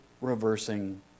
reversing